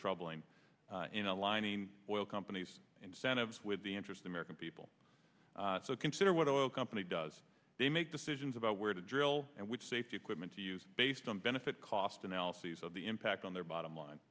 troubling in aligning oil companies incentives with the interest american people so consider what all company does they make decisions about where to drill and which safety equipment to use based on benefit cost analyses of the impact on their bottom line